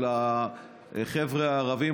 או לחבר'ה הערבים,